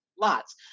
lots